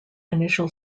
initial